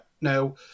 Now